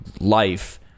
life